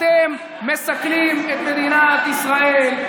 אתם מסכנים את מדינת ישראל,